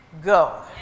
go